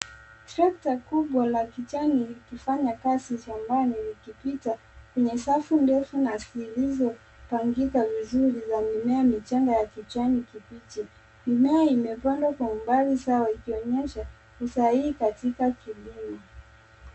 Tractor kubwa la kijani likifanya kazi shambani likipita kwenye safu ndefu na zilizopangika vizuri za mimea michanga ya kijani kibichi. Mimea imepandwa kwa umbali sawa ikionyesha usahihi katika kilimo.